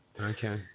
Okay